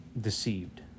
deceived